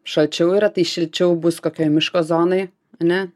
šalčiau yra tai šilčiau bus kokioj miško zonoj ane